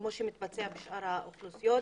כמו שמתבצע בשאר האוכלוסיות,